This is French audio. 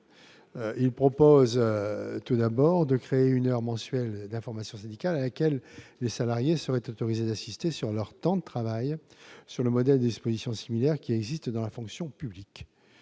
Il prévoit, tout d'abord, de créer une heure mensuelle d'information syndicale à laquelle les salariés seraient autorisés d'assister sur leur temps de travail, sur le modèle de dispositions similaires qui existent dans la fonction publique.